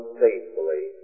faithfully